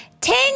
ten